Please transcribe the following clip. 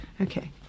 Okay